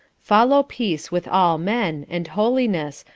follow peace with all men, and holiness,